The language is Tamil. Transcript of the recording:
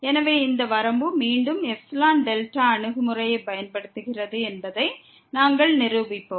எனவே இந்த வரம்பு மீண்டும் εδ அணுகுமுறையைப் பயன்படுத்துகிறது என்பதை நாங்கள் நிரூபிப்போம்